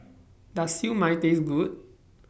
Does Siew Mai Taste Good